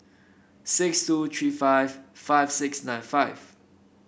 six two three five five six nine five